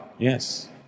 Yes